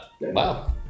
Wow